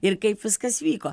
ir kaip viskas vyko